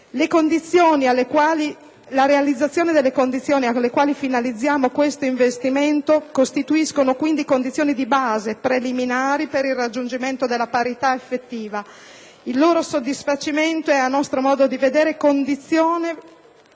La realizzazione delle condizioni alle quali finalizziamo questo investimento costituisce quindi presupposto di base preliminare per il raggiungimento della parità effettiva. Il loro soddisfacimento è, a nostro modo di vedere, condizione